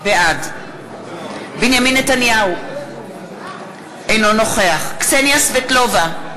בעד בנימין נתניהו, אינו נוכח קסניה סבטלובה,